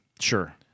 Sure